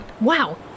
Wow